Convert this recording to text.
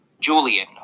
Julian